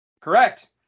Correct